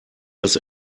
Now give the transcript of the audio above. das